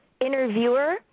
interviewer